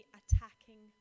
attacking